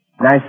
Nice